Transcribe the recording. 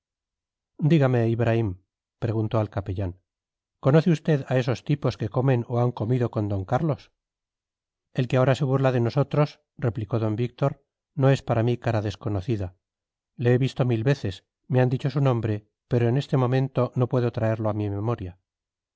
dígame ibraim preguntó al capellán conoce usted a esos tipos que comen o han comido con d carlos el que ahora se burla de nosotros replicó d víctor no es para mí cara desconocida le he visto mil veces me han dicho su nombre pero en este momento no puedo traerlo a mi memoria